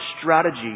strategy